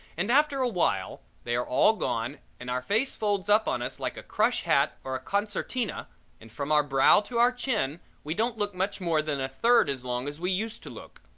and after awhile, they are all gone and our face folds up on us like a crush hat or a concertina and from our brow to our chin we don't look much more than a third as long as we used to look.